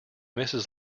mrs